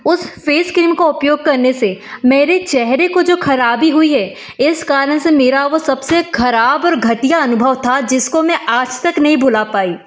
उस face cream का उपयोग करने से मेरे चेहरे को जो ख़राबी हुई है इस कारण से मेरा वह सबसे ख़राब और घटिया अनुभव था जिसको मैं आज तक नहीं भुला पाई